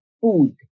food